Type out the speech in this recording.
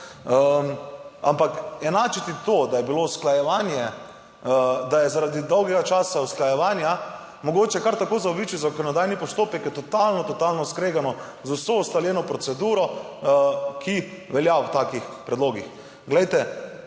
Ampak enačiti to, da je bilo usklajevanje, da je zaradi dolgega časa usklajevanja mogoče kar tako zaobiti zakonodajni postopek, je totalno totalno skregano z vso ustaljeno proceduro, ki velja v takih predlogih. Glejte